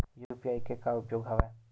UPI के का उपयोग हवय?